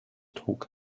talk